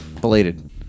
Belated